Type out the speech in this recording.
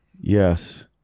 Yes